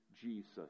Jesus